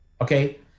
okay